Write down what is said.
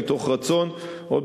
מתוך רצון והבנה,